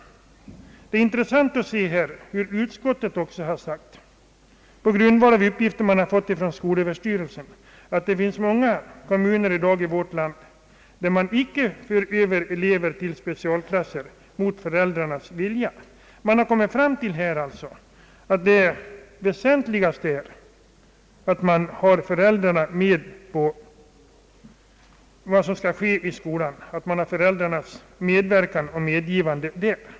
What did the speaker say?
Det är intressant att se hur utskottet också på grundval av uppgifter det erhållit från skolöverstyrelsen uppger att det finns många kommuner i vårt land där man i dag inte överför elever till specialklasser mot föräldrarnas vilja. Man har alltså där kommit fram till att det lämpligaste är att man har föräldrarnas medverkan och medgivande bakom sig i de åtgärder som vidtas i skolan.